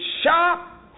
sharp